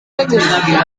bagus